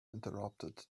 interrupted